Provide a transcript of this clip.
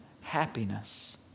Happiness